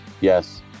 Yes